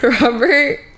Robert